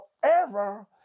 Forever